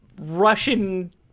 Russian